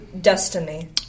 destiny